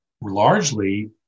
largely